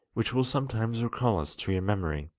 which will sometimes recall us to your memory.